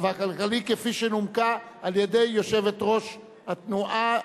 כפי שנומקה על-ידי יושבת-ראש התנועה,